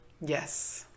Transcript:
Yes